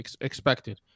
expected